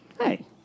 Hey